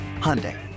Hyundai